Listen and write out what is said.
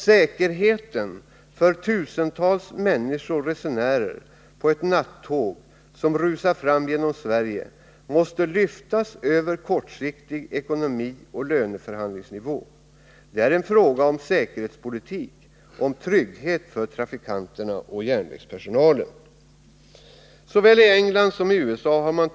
Säkerheten för tusentals resenärer på ett nattåg som rusar fram genom Sverige måste lyftas över kortsiktig ekonomi och löneförhandlingsnivån. Det är en fråga om säkerhetspolitik — om trygghet för trafikanterna och järnvägspersonalen.